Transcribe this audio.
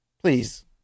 please